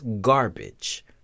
garbage